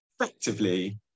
Effectively